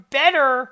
better